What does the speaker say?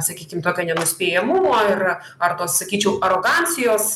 sakykim tokio nenuspėjamumo ir ar tos sakyčiau arogancijos